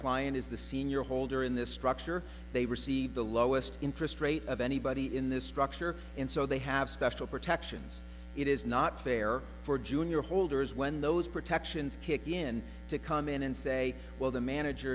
client is the senior holder in this structure they receive the lowest interest rate of anybody in this structure and so they have special protections it is not fair for junior holders when those protections kick in to come in and say well the manager